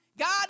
God